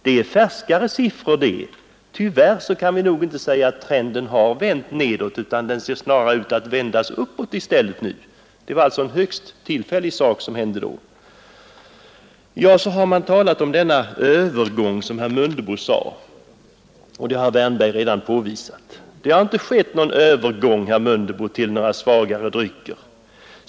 Det är färskare siffror, och tyvärr kan vi inte säga att trenden vänt nedåt utan i stället har den vänt uppåt. Det var alltså en högst tillfällig nedgång under år 1971. Vidare har bl.a. herr Mundebo talat om en övergång, och hans argument har redan bemötts av herr Wärnberg. Det har inte, herr Mundebo, skett någon övergång till svagare drycker.